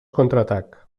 contraatac